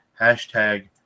hashtag